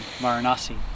Varanasi